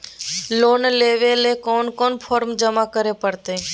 Loan लेवे ले कोन कोन फॉर्म जमा करे परते?